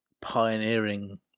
pioneering